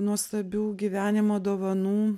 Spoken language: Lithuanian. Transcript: nuostabių gyvenimo dovanų